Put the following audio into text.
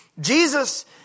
Jesus